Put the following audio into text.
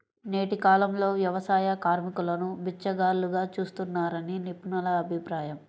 నేటి కాలంలో వ్యవసాయ కార్మికులను బిచ్చగాళ్లుగా చూస్తున్నారని నిపుణుల అభిప్రాయం